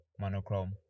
monochrome